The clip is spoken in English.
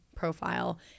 profile